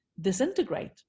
disintegrate